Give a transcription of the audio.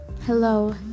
hello